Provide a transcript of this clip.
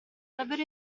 davvero